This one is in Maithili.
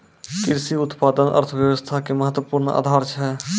कृषि उत्पाद अर्थव्यवस्था के महत्वपूर्ण आधार छै